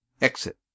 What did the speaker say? Exit